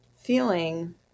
feeling